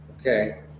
Okay